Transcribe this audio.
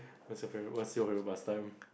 what's your favourite what's your favourite pass time